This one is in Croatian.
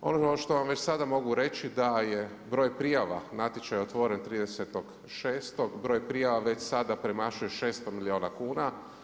Ono što vam već sada mogu reći da je broj prijava, natječaj je otvoren 30.6. broj prijava već sada premašuje 600 milijuna kuna.